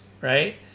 right